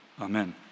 Amen